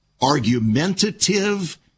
argumentative